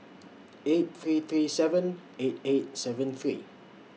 eight three three seven eight eight seven three